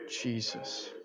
Jesus